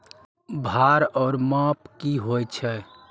भार ओर माप की होय छै?